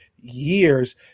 years